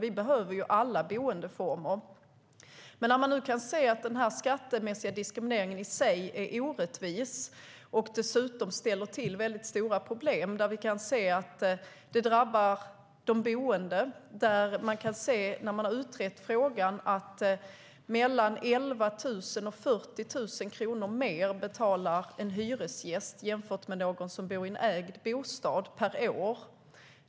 Vi behöver alla boendeformer. Den skattemässiga diskrimineringen i sig är orättvis och ställer dessutom till stora problem som drabbar de boende. När frågan utretts har man sett att en hyresgäst betalar mellan 11 000 och 40 000 kronor mer per år jämfört med den som bor i en ägd bostad.